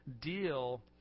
deal